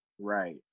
Right